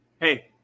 Hey